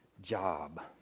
job